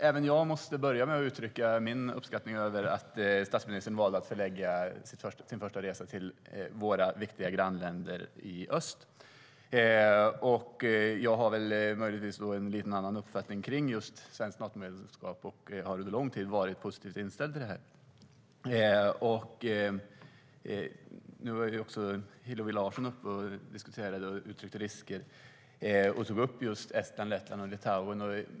Även jag måste börja med att uttrycka min uppskattning av att statsministern valde att förlägga sin första resa till våra viktiga grannländer i öst. Nu var Hillevi Larsson uppe och uttryckte risker, och hon tog upp Estland, Lettland och Litauen.